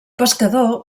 pescador